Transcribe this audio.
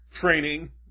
Training